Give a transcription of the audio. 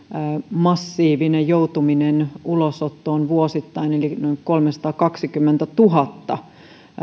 massiivinen joutuminen ulosottoon vuosittain noin kolmesataakaksikymmentätuhatta